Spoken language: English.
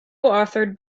authored